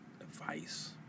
advice